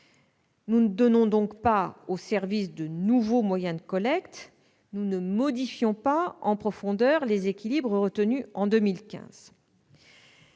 Nous ne donnons pas aux services de nouveaux moyens de collecte ni ne modifions en profondeur les équilibres retenus en 2015.